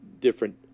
different